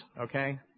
okay